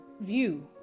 view